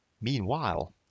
Meanwhile